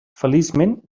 feliçment